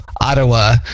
ottawa